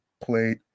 played